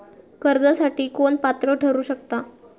कर्जासाठी कोण पात्र ठरु शकता?